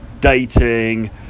dating